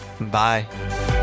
bye